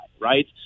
right